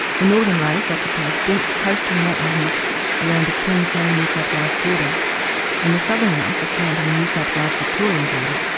the northern race occupies dense coastal mountain heaths around the queensland new south wales border and the southern race is found on the new south wales victorian border.